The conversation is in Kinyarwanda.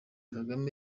kagame